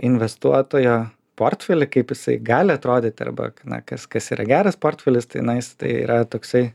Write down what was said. investuotojo portfelį kaip jisai gali atrodyti arba k na kas kas yra geras portfelis tai na jis tai yra toksai